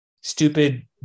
stupid